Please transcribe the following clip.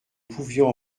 pouvions